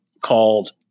called